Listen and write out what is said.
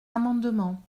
amendements